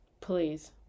Please